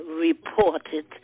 reported